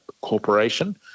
corporation